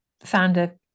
founder